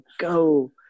go